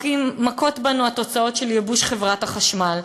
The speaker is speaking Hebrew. מכות בנו התוצאות של ייבוש חברת החשמל.